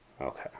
Okay